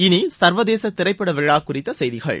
இனி சர்வதேச திரைப்பட விழா குறித்த செய்திகள்